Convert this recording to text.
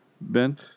Ben